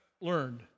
learned